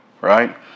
right